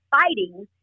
fighting